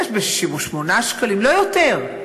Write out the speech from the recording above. יש ב-68 שקלים, לא יותר.